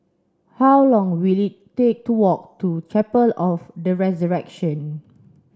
how long will it take to walk to Chapel of the Resurrection